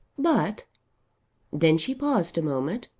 but then she paused a moment,